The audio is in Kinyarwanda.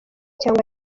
cyangwa